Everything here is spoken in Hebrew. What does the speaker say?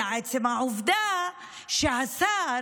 אלא עצם העובדה שהשר,